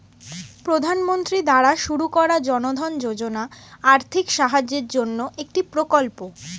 প্রধানমন্ত্রী দ্বারা শুরু করা জনধন যোজনা আর্থিক সাহায্যের জন্যে একটি প্রকল্প